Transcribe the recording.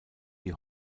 die